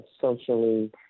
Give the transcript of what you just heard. socially